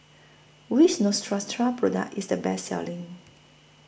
Which Neostrata Product IS The Best Selling